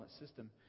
system